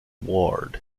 ward